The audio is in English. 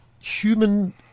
human